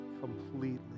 completely